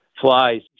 flies